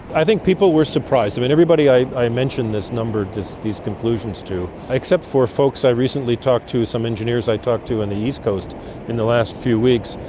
i think people were surprised. i mean everybody i i mention this number, these conclusions to, except for folks i recently talked to, some engineers i talked to on the east coast in the last few weeks,